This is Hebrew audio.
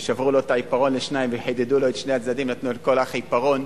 ששברו את העיפרון לשניים וחידדו את שני הצדדים ונתנו לכל אח עיפרון,